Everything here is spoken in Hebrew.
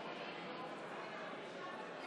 56, נגד,